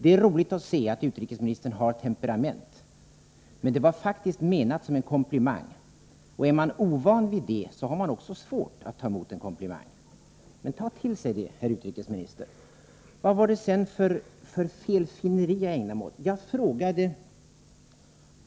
Det är roligt att se att utrikesministern har temperament, men det jag sade var faktiskt menat som en komplimang. Är man ovan vid det, har man också svårt att ta emot en komplimang. Ta till er det jag sade, herr utrikesminister! Vad var det för felfinneri som jag ägnade mig åt? Jag frågade